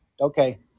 okay